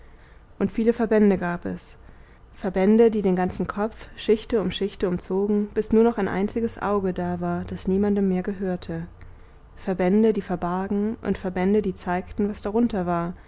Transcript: und viele verbände gab es verbände die den ganzen kopf schichte um schichte umzogen bis nur noch ein einziges auge da war das niemandem mehr gehörte verbände die verbargen und verbände die zeigten was darunter war